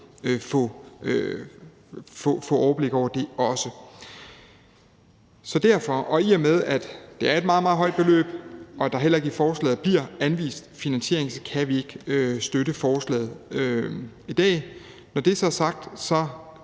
overblik over det tal. Så derfor, og i og med at det er et meget, meget højt beløb, og fordi der heller ikke i forslaget bliver anvist finansiering, kan vi ikke støtte forslaget i dag. Når det så er sagt,